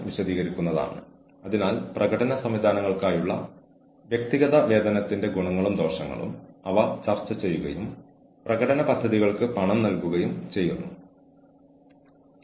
കൂടാതെ ജീവനക്കാരുടെ യുക്തിരഹിതമായ പെരുമാറ്റത്തിൽ ഏർപ്പെടാനുള്ള സാധ്യത കുറയ്ക്കുന്നുവെന്ന് ഉറപ്പാക്കാൻ നമ്മളുടെ ശേഷിയിലുള്ളതെന്തും നമുക്ക് ചെയ്യാൻ കഴിയും